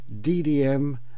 DDM